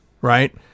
right